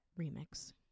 Remix